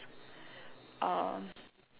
uh